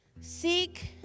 seek